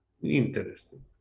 Interesting